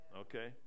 okay